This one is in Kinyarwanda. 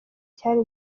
cyari